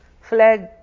flag